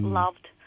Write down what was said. loved